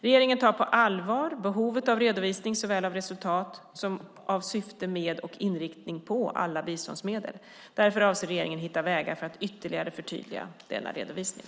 Regeringen tar på allvar behovet av redovisning såväl av resultat som av syfte med och inriktning på alla biståndsmedel. Därför avser regeringen att hitta vägar för att ytterligare förtydliga denna redovisning.